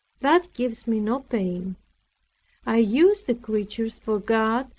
that gives me no pain i use the creatures for god,